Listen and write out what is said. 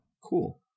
cool